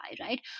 right